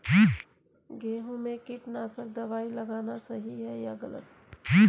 गेहूँ में कीटनाशक दबाई लगाना सही है या गलत?